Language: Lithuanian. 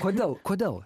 kodėl kodėl